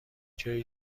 جای